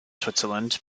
switzerland